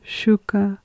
Shuka